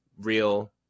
real